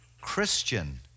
Christian